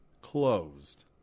closed